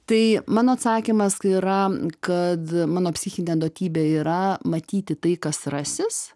tai mano atsakymas yra kad mano psichinė duotybė yra matyti tai kas rasis